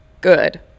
good